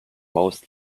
most